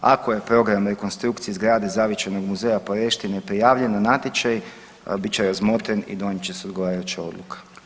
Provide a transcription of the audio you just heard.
Ako je program rekonstrukcije zgrade zavičajnog muzeja Poreštine prijavljen na natječaj bit će razmotren i donijet će se odgovarajuća odluka.